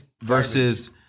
versus